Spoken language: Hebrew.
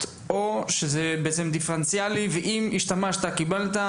או שזה דיפרנציאלי ואם השתמשת קיבלת,